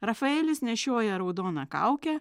rafaelis nešioja raudoną kaukę